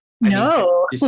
no